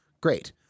great